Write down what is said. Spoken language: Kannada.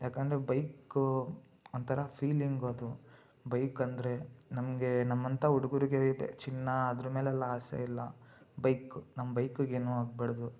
ಯಾಕೆಂದ್ರೆ ಬೈಕು ಒಂಥರ ಫೀಲಿಂಗು ಅದು ಬೈಕಂದ್ರೆ ನಮಗೆ ನಮ್ಮಂಥ ಹುಡುಗರಿಗೆ ಚಿನ್ನ ಅದ್ರ ಮೇಲೆಲ್ಲ ಆಸೆ ಇಲ್ಲ ಬೈಕ್ ನಮ್ಮ ಬೈಕಗೇನೂ ಆಗ್ಬಾರ್ದು